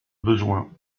besoin